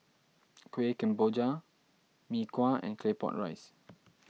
Kueh Kemboja Mee Kuah and Claypot Rice